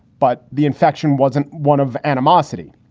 but the infection wasn't one of animosity.